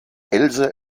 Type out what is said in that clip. else